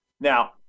Now